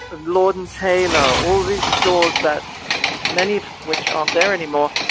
lorden tayla, all these stores that many of which aren't there anymore,